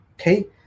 Okay